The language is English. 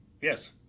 Yes